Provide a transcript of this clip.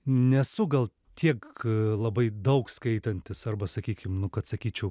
nesu gal tiek labai daug skaitantis arba sakykim nu kad sakyčiau